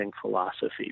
philosophy